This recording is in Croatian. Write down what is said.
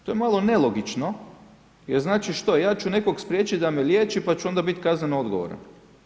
To je malo nelogično jer znači što, ja ću nekog spriječiti da me liječi pa ću onda biti kazneno odgovoran.